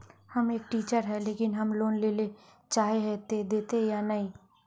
हम एक टीचर है लेकिन हम लोन लेले चाहे है ते देते या नय?